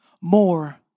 more